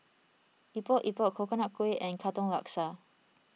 Epok Epok Coconut Kuih and Katong Laksa